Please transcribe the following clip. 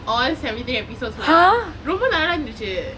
all seventy three episodes lah ரொம்ப நல்ல இருந்துச்சு:romba nalla irunthuchu